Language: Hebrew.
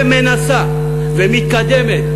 שמנסה ומתקדמת?